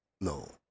No